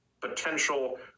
potential